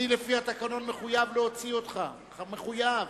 אני לפי התקנון מחויב להוציא אותך, מחויב.